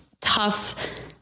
tough